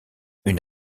une